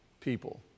people